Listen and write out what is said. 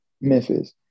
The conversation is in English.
Memphis